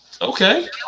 Okay